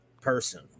person